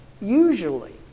usually